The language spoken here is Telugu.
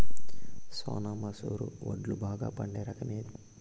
సోనా మసూర వడ్లు బాగా పండే రకం ఏది